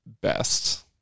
best